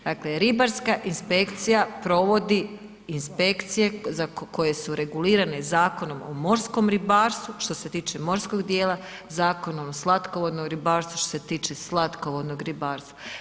Dakle ribarska inspekcija provodi inspekcije za koje su regulirane Zakonom o morskom ribarstvu što se tiče morskog djela, Zakonom o slatkovodnom ribarstvu što se tiče slatkovodnog ribarstva.